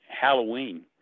Halloween